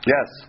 Yes